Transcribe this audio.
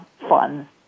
fun